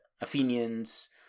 Athenians